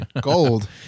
Gold